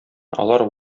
алар